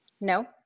No